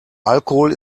alkohol